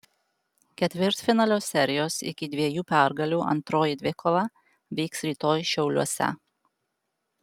ketvirtfinalio serijos iki dviejų pergalių antroji dvikova vyks rytoj šiauliuose